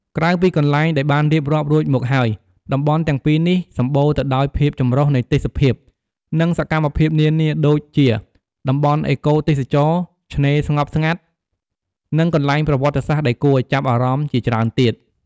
ក្រៅពីកន្លែងដែលបានរៀបរាប់រួចមកហើយ តំបន់ទាំងពីរនេះសម្បូរទៅដោយភាពចម្រុះនៃទេសភាព និងសកម្មភាពនានាដូចជា តំបន់អេកូទេសចរណ៍ ឆ្នេរស្ងប់ស្ងាត់ និងកន្លែងប្រវត្តិសាស្ត្រដែលគួរឲ្យចាប់អារម្មណ៍ជាច្រើនទៀត។